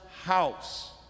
house